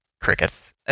Crickets